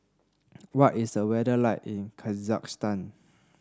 what is the weather like in Kazakhstan